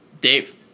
Dave